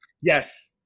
Yes